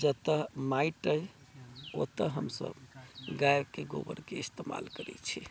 जतय माइट अइ ओतय हमसभ गाएके गोबरके इस्तेमाल करै छी